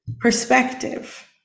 perspective